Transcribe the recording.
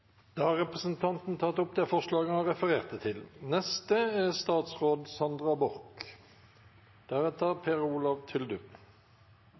tatt opp det forslaget han refererte til.